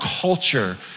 culture